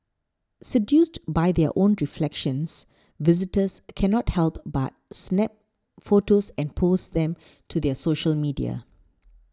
seduced by their own reflections visitors cannot help but snap photos and post them to their social media